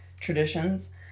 traditions